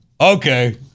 okay